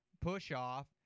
push-off